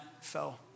fell